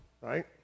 right